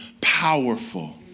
powerful